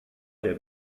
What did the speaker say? der